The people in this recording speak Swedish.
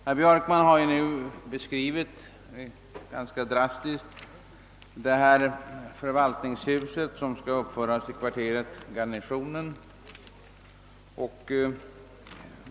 Herr Björkman har här ganska drastiskt beskrivit det förvaltningshus som skall uppföras i kvarteret Garnisonen.